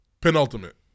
Penultimate